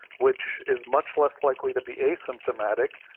which is much less likely to be asymptomatic,